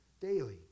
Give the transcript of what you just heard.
daily